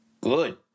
Good